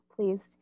pleased